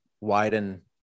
widen